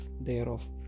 thereof